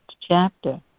chapter